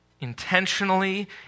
intentionally